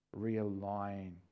Realign